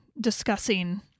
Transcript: discussing